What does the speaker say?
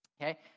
okay